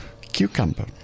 Cucumber